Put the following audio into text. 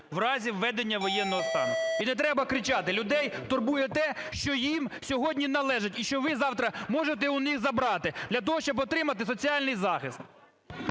В разі введення воєнного стану. (Шум у залі) І не треба кричати! Людей турбує те, що їм сьогодні належить, і що ви завтра можете у них забрати. Для того, щоб отримати соціальний захист.